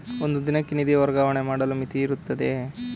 ಒಂದು ದಿನಕ್ಕೆ ನಿಧಿ ವರ್ಗಾವಣೆ ಮಾಡಲು ಮಿತಿಯಿರುತ್ತದೆಯೇ?